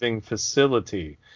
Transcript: facility